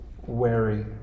wary